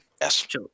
Yes